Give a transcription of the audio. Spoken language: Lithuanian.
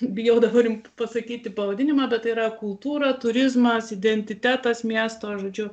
bijau dabar jum pasakyti pavadinimą bet tai yra kultūra turizmas identitetas miesto žodžiu